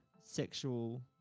sexual